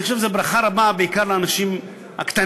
אני חושב שזו ברכה רבה בעיקר לאנשים הקטנים,